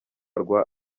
rwa